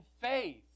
faith